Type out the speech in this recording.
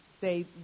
say